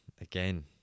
again